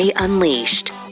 Unleashed